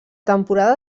temporada